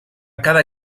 cada